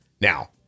Now